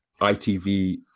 ITV